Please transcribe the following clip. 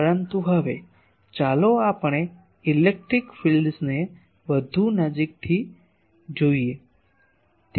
પરંતુ હવે ચાલો આપણે ઇલેક્ટ્રિક ફીલ્ડ્સને વધુ નજીકથી જોવા આવો